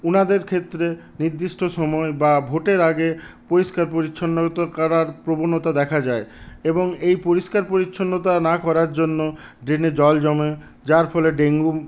ওনাদের ক্ষেত্রে নির্দিষ্ট সময়ে বা ভোটের আগে পরিষ্কার পরিচ্ছন্নতা করার প্রবণতা দেখা যায় এবং এই পরিষ্কার পরিচ্ছন্নতা না করার জন্য ড্রেনে জল জমে যার ফলে ডেঙ্গু